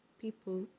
people